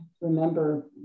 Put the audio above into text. remember